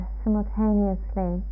simultaneously